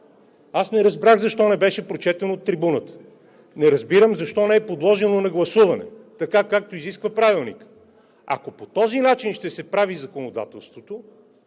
Аз не разбрах защо не беше прочетено от трибуната, не разбирам защо не е подложено на гласуване, така както изисква Правилникът? Ако по този начин ще се прави законодателството